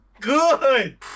good